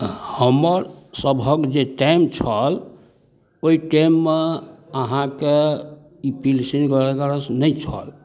हमरसभक जे टाइम छल ओहि टाइममे अहाँकेँ ई पिलसिन ओगैरह से नहि छल